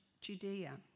Judea